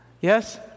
Yes